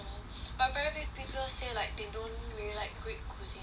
but very few people say like they don't really like greek cuisine cause